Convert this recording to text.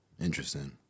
Interesting